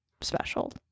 special